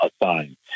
assigned